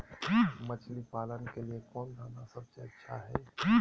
मछली पालन के लिए कौन दाना सबसे अच्छा है?